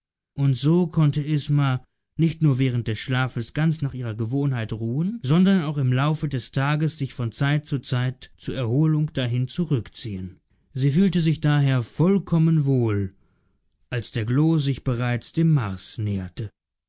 und so konnte isma nicht nur während des schlafes ganz nach ihrer gewohnheit ruhen sondern auch im laufe des tages sich von zeit zu zeit zur erholung dahin zurückziehen sie fühlte sich daher vollkommen wohl als der glo sich bereits dem mars näherte